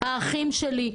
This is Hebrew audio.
האחים שלי?